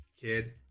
kid